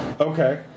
Okay